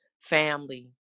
family